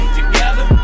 together